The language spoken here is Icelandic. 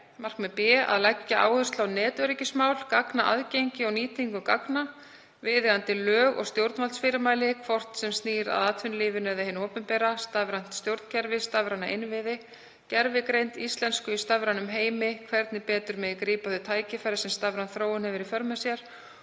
b. að leggja áherslu á netöryggismál, gagnaaðgengi og nýtingu gagna, viðeigandi lög og stjórnvaldsfyrirmæli, hvort sem snýr að atvinnulífinu eða hinu opinbera, stafrænt stjórnkerfi, stafræna innviði, gervigreind, íslensku í stafrænum heimi, hvernig betur megi grípa þau tækifæri sem stafræn þróun hefur í för með sér